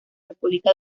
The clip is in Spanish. república